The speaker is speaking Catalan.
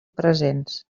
presents